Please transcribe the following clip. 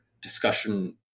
discussion